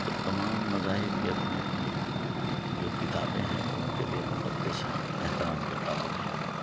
تو تمام مذاہب یہ اپنی اپنی جو کتابیں ہیں وہ اُن کے لیے مقدس ہیں اور احترام کے قابل ہیں